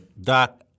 Doc